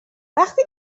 وقتی